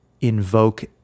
invoke